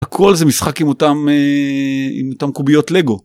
הכל זה משחק עם אותם עם אותם קוביות לגו.